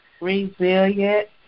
Resilient